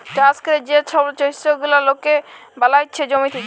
চাষ ক্যরে যে ছব শস্য গুলা লকে বালাচ্ছে জমি থ্যাকে